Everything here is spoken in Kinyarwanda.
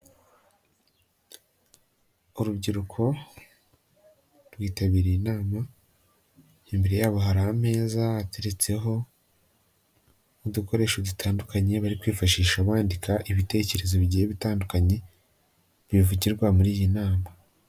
Urubyiruko rwitabiriye inama, imbere yabo hari ameza hateretseho n'udukoresho dutandukanye bari kwifashisha bandika ibitekerezo bigiye bitandukanye, bivugirwa muri iyi nama.